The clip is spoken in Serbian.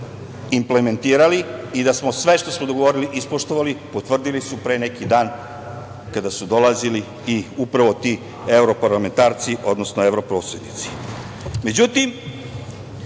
implementirali i da smo sve što smo dogovorili ispoštovali, potvrdili su pre neki dan kada su dolazili i upravo ti evroparlamentarci, odnosno evroposredinci.Međutim,